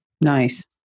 Nice